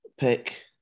pick